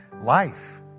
life